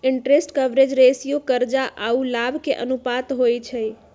interest coverage ratio करजा आऽ लाभ के अनुपात होइ छइ